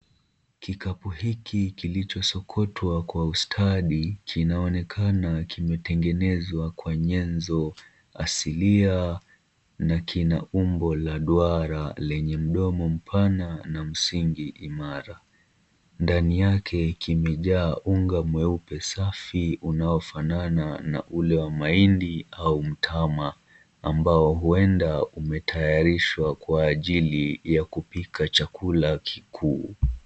Kikapu hiki kilichosokotwa kwa ustadi kinaonekana kimetengenezwa kwa nyenzo asilia na kina umbo la duara lenye mdomo mpana na msingi imara. Ndani yake kimejaa unga mweupe safi unaofanana na ule wa mahindi au mtama ambao huenda umetayarishwa kwa ajili ya kupika chakula kikuu.